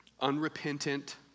unrepentant